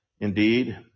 indeed